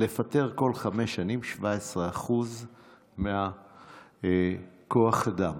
לפטר כל חמש שנים 17% מכוח האדם,